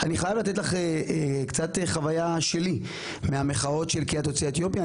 אני חייב לתת לך קצת חוויה שלי מהמחאות של קהילת יוצאי אתיופיה.